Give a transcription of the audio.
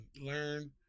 learn